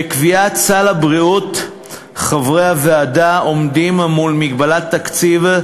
בקביעת הסל חברי הוועדה עומדים מול מגבלת תקציב,